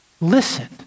listen